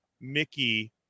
mickey